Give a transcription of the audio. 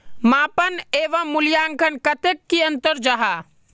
मापन एवं मूल्यांकन कतेक की अंतर जाहा?